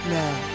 now